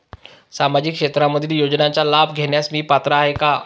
सामाजिक क्षेत्रातील योजनांचा लाभ घेण्यास मी पात्र आहे का?